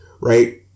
right